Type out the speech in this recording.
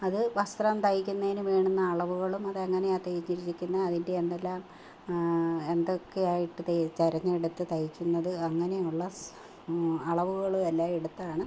അതു വസ്ത്രം തയ്ക്കുന്നതിനു വേണ്ടുന്ന അളവുകളും അതെങ്ങനെയാണ് തയ്ച്ചിരിക്കുന്നത് അതിൻ്റെ എന്തെല്ലാം എന്തൊക്കെ ആയിട്ടു തിരഞ്ഞെടുത്തു തയ്ക്കുന്നത് അങ്ങനെയുള്ള അളവുകളെല്ലാം എടുത്താണ്